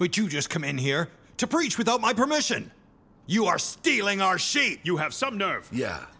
but you just come in here to preach without my permission you are stealing our shape you have some nerve